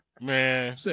Man